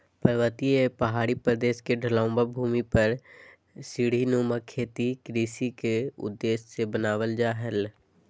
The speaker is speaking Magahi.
पर्वतीय या पहाड़ी प्रदेश के ढलवां भूमि पर सीढ़ी नुमा खेत कृषि के उद्देश्य से बनावल जा हल